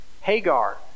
Hagar